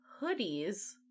hoodies